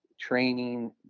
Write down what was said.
training